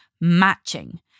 matching